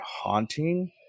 haunting